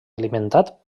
alimentat